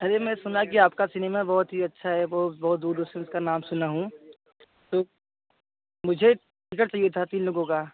अरे मैं सुना कि आपका सिनिमा बहुत ही अच्छा है बो बहुत दूर दूर से उसका नाम सुना हूँ तो मुझे टिकट चाहिए थी तीन लोगों की